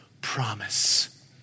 promise